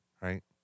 Right